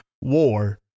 war